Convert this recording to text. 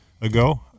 ago